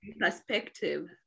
perspective